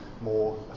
more